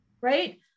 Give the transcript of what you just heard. Right